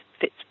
fits